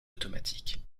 automatiques